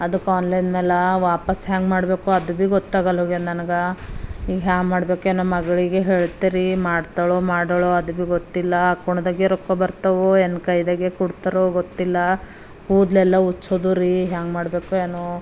ಅದಕ್ಕೆ ಆನ್ಲೈನಲ್ಲಿ ವಾಪಸ್ಸು ಹೆಂಗೆ ಮಾಡಬೇಕು ಅದು ಭೀ ಗೊತ್ತಾಗಲ್ಲ ಹೋಗ್ಯದ ನನಗೆ ಈಗ ಹ್ಯಾಂಗ ಮಾಡಬೇಕೇನೊ ಮಗಳಿಗೆ ಹೇಳ್ತೀ ರೀ ಮಾಡ್ತಾಳೋ ಮಾಡಲ್ಯೋ ಅದು ಭೀ ಗೊತ್ತಿಲ್ಲ ಕೊನೆದಾಗಿ ರೊಕ್ಕ ಬರ್ತವೋ ರೊಕ್ಕ ಇದಾಗೆ ಕೊಡ್ತಾರೋ ಗೊತ್ತಿಲ್ಲ ಕೂದಲೆಲ್ಲ ಉಚ್ಚೋದವ್ ರೀ ಹ್ಯಾಂಗೆ ಮಾಡ್ಬೇಕು ಏನೋ